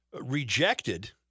rejected